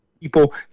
people